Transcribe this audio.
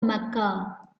mecca